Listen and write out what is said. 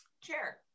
chair